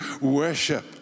worship